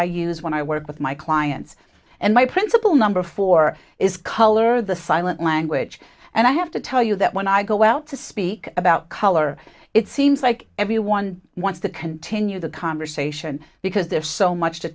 i use when i work with my clients and my principal number four is color the silent language and i have to tell you that when i go out to speak about color it seems like everyone wants to continue the conversation because there's so much to